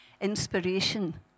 inspiration